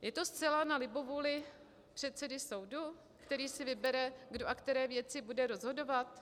Je to zcela na libovůli předsedy soudu, který si vybere, kdo a které věci bude rozhodovat?